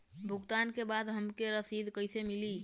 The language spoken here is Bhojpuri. भुगतान के बाद हमके रसीद कईसे मिली?